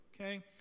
okay